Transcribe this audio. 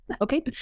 Okay